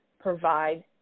provide